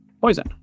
poison